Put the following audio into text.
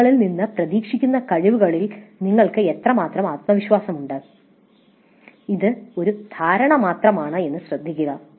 നിങ്ങളിൽ നിന്ന് പ്രതീക്ഷിക്കുന്ന കഴിവുകളിൽ നിങ്ങൾക്ക് എത്രത്തോളം ആത്മവിശ്വാസമുണ്ട് ഇത് ഒരു ധാരണ മാത്രമാണ് എന്ന് ശ്രദ്ധിക്കുക